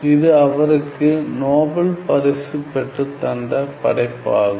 இது அவருக்கு நோபல் பரிசு பெற்றுத் தந்த படைப்பாகும்